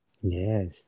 Yes